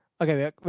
Okay